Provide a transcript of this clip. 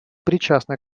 причастны